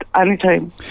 anytime